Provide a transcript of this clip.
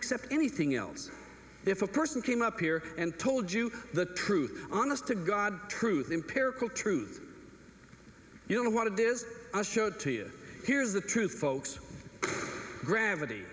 accept anything else if a person came up here and told you the truth honest to god truth empirical truth you don't want to do is show to you here's the truth folks gravity